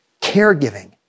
caregiving